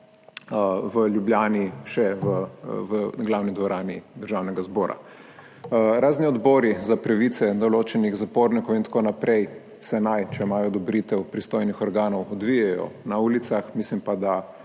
v Ljubljani, še v glavni dvorani Državnega zbora. Razni odbori za pravice določenih zapornikov in tako naprej naj se, če imajo odobritev pristojnih organov, odvijajo na ulicah, mislim pa, da